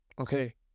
okay